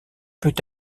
peut